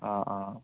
অঁ অঁ